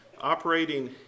operating